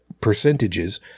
percentages